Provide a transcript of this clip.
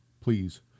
please